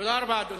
תודה רבה, אדוני.